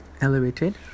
elevated